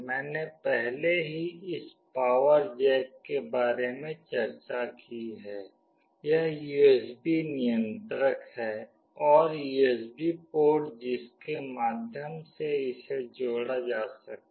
मैंने पहले ही इस पावर जैक के बारे में चर्चा की है यह यूएसबी नियंत्रक है और यूएसबी पोर्ट जिसके माध्यम से इसे जोड़ा जा सकता है